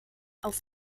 auf